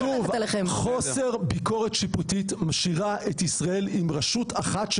קודם כל אתם עשיתם את ההתנתקות,